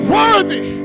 worthy